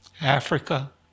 Africa